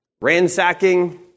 ransacking